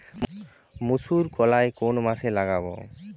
মুসুর কলাই কোন মাসে লাগাব?